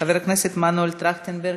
חבר הכנסת מנואל טרכטנברג,